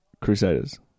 Crusaders